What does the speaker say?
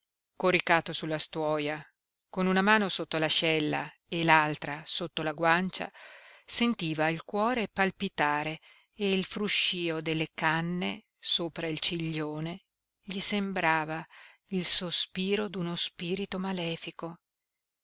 coricato sulla stuoia con una mano sotto l'ascella e l'altra sotto la guancia sentiva il cuore palpitare e il fruscio delle canne sopra il ciglione gli sembrava il sospiro d'uno spirito malefico